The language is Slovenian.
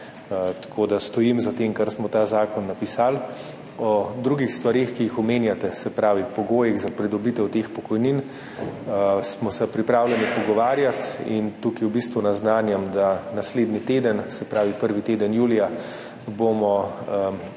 Tako da stojim za tem, kar smo v ta zakon napisali. O drugih stvareh, ki jih omenjate, se pravi pogojih za pridobitev teh pokojnin, smo se pripravljeni pogovarjati. Tukaj v bistvu naznanjam, da bomo naslednji teden, se pravi prvi teden julija,